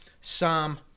Psalm